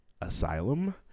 Asylum